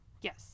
Yes